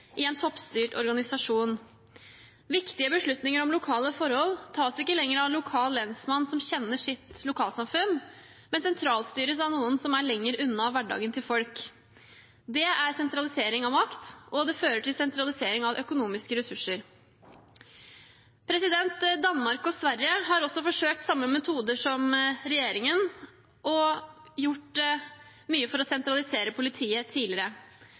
i en toppstyrt organisasjon. Viktige beslutninger om lokale forhold tas ikke lenger av en lokal lensmann som kjenner sitt lokalsamfunn, men sentralstyres av noen som er lenger unna hverdagen til folk. Det er sentralisering av makt, og det fører til sentralisering av økonomiske ressurser. Danmark og Sverige har også forsøkt samme metoder som regjeringen, og har gjort mye for å sentralisere politiet tidligere.